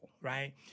right